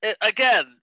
again